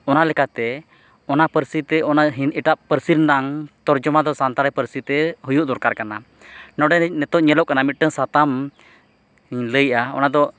ᱚᱱᱟ ᱞᱮᱠᱟᱛᱮ ᱚᱱᱟ ᱯᱟᱹᱨᱥᱤᱛᱮ ᱚᱱᱟ ᱮᱴᱟᱜ ᱯᱟᱹᱨᱥᱤ ᱨᱮᱱᱟᱜ ᱛᱚᱨᱡᱚᱢᱟᱫᱚ ᱥᱟᱱᱛᱟᱲᱤ ᱯᱟᱹᱨᱥᱤᱛᱮ ᱦᱩᱭᱩᱜ ᱫᱚᱨᱠᱟᱨ ᱠᱟᱱᱟ ᱱᱚᱰᱮᱱᱤᱡ ᱱᱤᱛᱚᱜ ᱧᱮᱞᱚᱜ ᱠᱟᱱᱟ ᱢᱤᱫᱴᱟᱝ ᱥᱟᱛᱟᱢ ᱞᱟᱹᱭᱮᱫᱼᱟ ᱚᱱᱟᱫᱚ